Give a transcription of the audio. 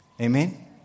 Amen